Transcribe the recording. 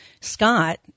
Scott